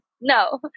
no